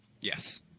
Yes